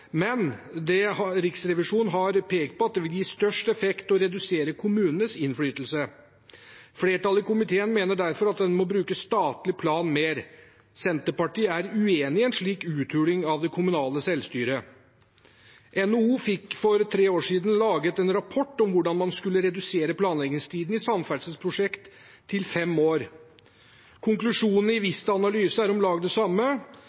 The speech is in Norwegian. men Riksrevisjonen har pekt på at det vil gi størst effekt å redusere kommunenes innflytelse. Flertallet i komiteen mener derfor at en må bruke statlig plan mer. Senterpartiet er uenig i en slik uthuling av det kommunale selvstyret. NHO fikk for tre år siden laget en rapport om hvordan man skulle redusere planleggingstiden i samferdselsprosjekt til fem år. Konklusjonen i Vista Analyse er om lag det samme.